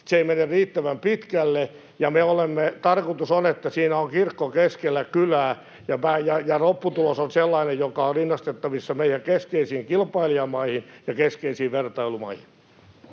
se ei mene riittävän pitkälle. Tarkoitus on, että siinä on kirkko keskellä kylää ja lopputulos on sellainen, joka on rinnastettavissa meidän keskeisiin kilpailijamaihin ja keskeisiin vertailumaihin.